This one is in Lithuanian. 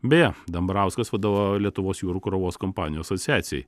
beje dambrauskas vadovauja lietuvos jūrų krovos kompanijų asociacijai